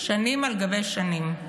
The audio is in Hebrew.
שנים על גבי שנים,